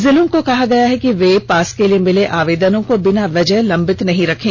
जिलों को कहा गया है कि वे पास के लिए मिले आवेदनों को बिना वजह लंबित नहीं रखें